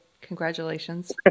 Congratulations